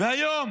היום